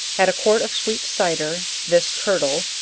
add a quart of sweet cyder, this curdle,